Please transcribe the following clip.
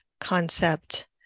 concept